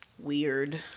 Weird